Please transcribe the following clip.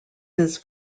his